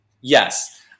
Yes